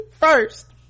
first